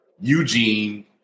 Eugene